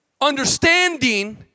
understanding